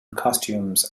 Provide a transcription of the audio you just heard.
costumes